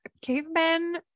cavemen